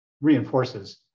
reinforces